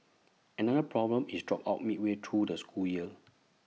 another problem is dropouts midway through the school year